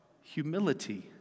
Humility